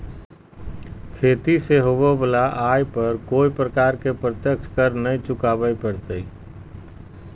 खेती से होबो वला आय पर कोय प्रकार के प्रत्यक्ष कर नय चुकावय परतय